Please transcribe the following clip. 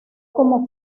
como